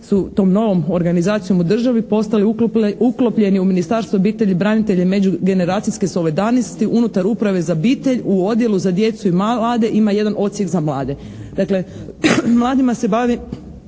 su tom novom organizacijom u državi postali uklopljeni u Ministarstvo obitelji, branitelja i međugeneracijske solidarnosti unutar Uprave za obitelj u Odjelu za djecu i mlade ima jedan Odsjek za mlade.